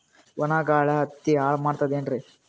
ಒಣಾ ಗಾಳಿ ಹತ್ತಿ ಹಾಳ ಮಾಡತದೇನ್ರಿ?